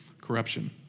corruption